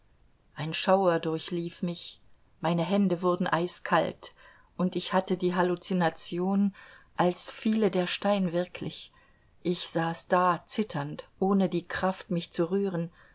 ein schauer durchlief mich meine hände wurden eiskalt und ich hatte die halluzination als fiele der stein wirklich ich saß da zitternd ohne die kraft mich zu rühren